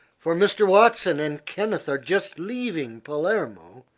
for mr. watson and kenneth are just leaving palermo,